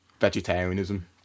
vegetarianism